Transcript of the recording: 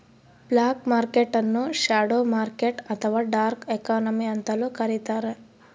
block market ನ್ನು shadow market ಅಥವಾ dark economy ಅಂತಲೂ ಕರಿತಾರೆ